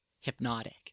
hypnotic